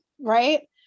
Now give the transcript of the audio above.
right